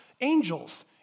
Angels